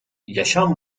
yaşam